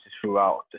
throughout